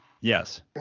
Yes